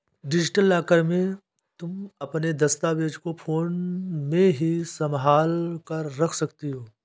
digital locker में तुम अपने दस्तावेज फोन में ही संभाल कर रख सकती हो